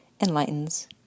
enlightens